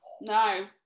no